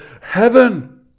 heaven